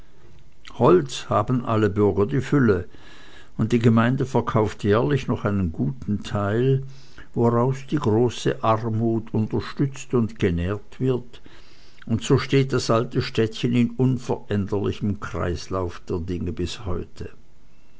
holz haben alle bürger die fülle und die gemeinde verkauft jährlich noch einen guten teil woraus die große armut unterstützt und genährt wird und so steht das alte städtchen in unveränderlichem kreislauf der dinge bis heute